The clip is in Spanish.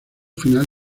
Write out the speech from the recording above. final